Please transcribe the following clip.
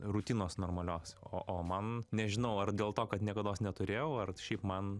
rutinos normalios o o man nežinau ar dėl to kad niekados neturėjau ar šiaip man